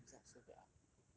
xi ya's result so bad ah